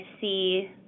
see